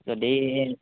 যদি